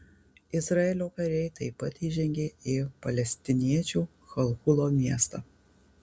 izraelio kariai taip pat įžengė į palestiniečių halhulo miestą